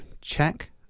check